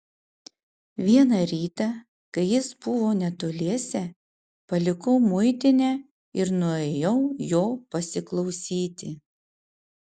vieną rytą kai jis buvo netoliese palikau muitinę ir nuėjau jo pasiklausyti